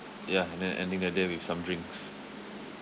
ya and then ending the day with some drinks